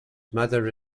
mother